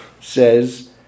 says